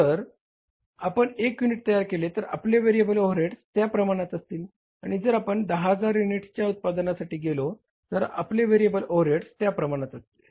जर आपण एक युनिट तयार केले तर आपले व्हेरिएबल ओव्हरहेड त्या प्रमाणात असतील आणि जर आपण 10000 युनिट्सच्या उत्पादनासाठी गेलो तर आपले व्हेरिएबल ओव्हरहेड त्या प्रमाणात असतील